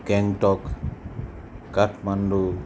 Gangtok Kathmandu